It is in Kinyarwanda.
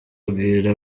abwira